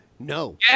No